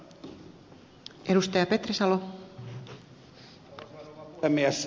arvoisa rouva puhemies